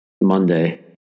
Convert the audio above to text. Monday